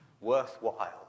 Worthwhile